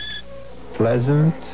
pleasant